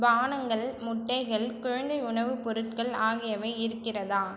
பானங்கள் முட்டைகள் குழந்தை உணவுப் பொருட்கள் ஆகியவை இருக்கிறதா